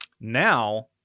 now